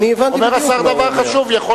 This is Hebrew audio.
הבנתי בדיוק מה הוא אומר.